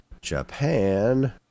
Japan